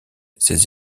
ses